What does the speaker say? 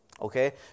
okay